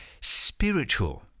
spiritual